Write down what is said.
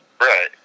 Right